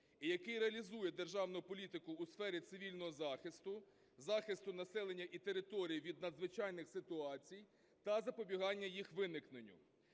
який реалізує державну політику у сфері цивільного захисту, захисту населення і територій від надзвичайних ситуацій та запобігання їх виникненню,